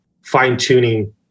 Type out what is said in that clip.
fine-tuning